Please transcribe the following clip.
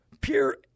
pure